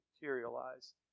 materialize